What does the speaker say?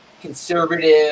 conservative